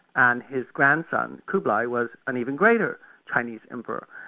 and his grandson, kublai, was an even greater chinese emperor.